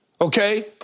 Okay